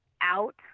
out